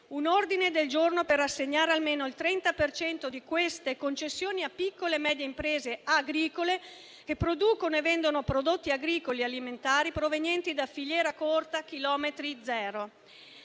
un ordine del giorno per assegnare almeno il 30 per cento di queste concessioni a piccole e medie imprese agricole che producono e vendono prodotti agricoli e alimentari provenienti da filiera corta a chilometro zero.